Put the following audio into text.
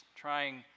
trying